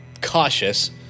Cautious